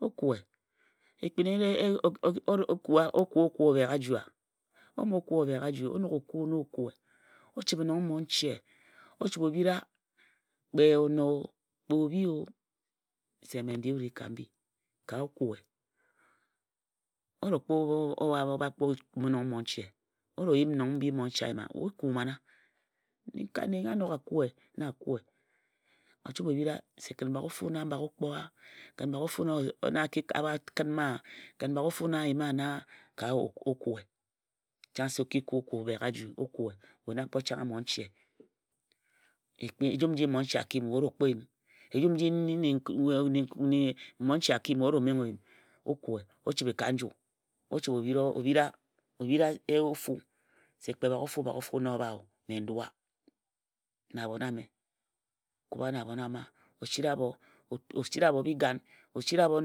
o kue ekpin o kua o kue o bhek aju a? o kue na o kue omo kue o bhək aju. o chibhe no mmon che. o chibhe nong mmonche. o chibhe o bhira kpe ono. kpe obhi-o se mme n di o ri ka mbi ka o kue-o ro kpo bha o bha kume nong mmonche. o ro yim nong mmonche a yima we o kue mana ka nne nnyo a nok a k e na a kue. o chibhe o bhira se kən baghe ofu-a na m bak o kpo-a?kən baghe ofu na a ki bha a bha kən m-a?baghe ofu na n yima nna-a?ka o kue chang se o ki kue o kue o bhek aju. we na kpo changhe mnon cho. ejum nji mmonche a ki yim we o ro kpo yim. o kue o chibhe ka nju. o bhira o bhira ofu se kpe baghe ofu na o bha o mme n dua. na a bhon ame. o kubha na abho. o sira abho bigan. o sira abhon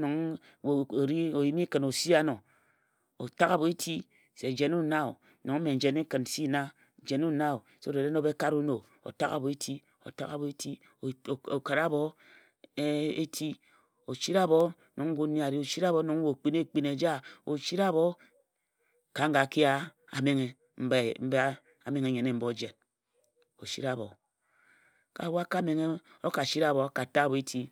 nong o yimi ke o si ano. o tak abho eti se jen se jen wun nna nong mme n ɲ jene kən n si se. jen wun nna-o so dat e ki enob e kare wun-o tak abho eti, o si na abho no ngun nnyi a ri. nong we o kpi-ne ekpin eja. ka nga eliki a menghe nnyen-i-mba ojen.